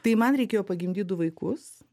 tai man reikėjo pagimdyt du vaikus